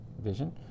vision